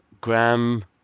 Graham